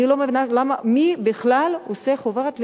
אני לא מבינה מי בכלל עושה חוברת לילדים,